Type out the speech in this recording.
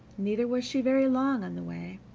neither was she very long on the way.